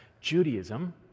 Judaism